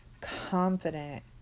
confident